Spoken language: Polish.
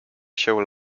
się